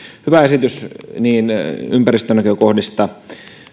hyvä esitys niin ympäristönäkökohdista